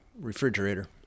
refrigerator